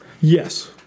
Yes